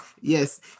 yes